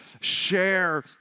share